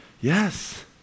Yes